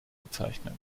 bezeichnet